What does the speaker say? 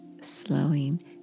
slowing